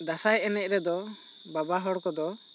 ᱫᱟᱸᱥᱟᱭ ᱮᱱᱮᱡ ᱨᱮᱫᱚ ᱵᱟᱵᱟ ᱦᱚᱲ ᱠᱚᱫᱚ